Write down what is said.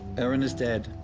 aaron is dead